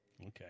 Okay